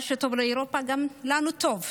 מה שטוב לאירופה גם לנו טוב.